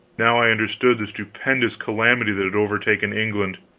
now i understood the stupendous calamity that had overtaken england.